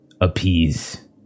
appease